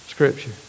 scripture